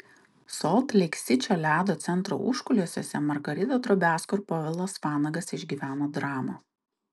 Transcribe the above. solt leik sičio ledo centro užkulisiuose margarita drobiazko ir povilas vanagas išgyveno dramą